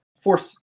force